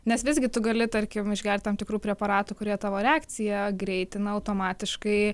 nes visgi tu gali tarkim išgert tam tikrų preparatų kurie tavo reakciją greitina automatiškai